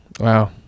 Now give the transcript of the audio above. Wow